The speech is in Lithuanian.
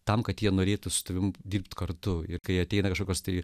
tam kad jie norėtų su tavimi dirbti kartu ir kai ateina kažkokios tai